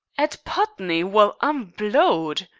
at putney! well, i'm blowed!